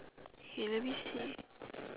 hey let me see